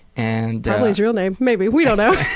and his real name, maybe, we don't know.